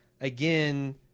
again